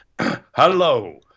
Hello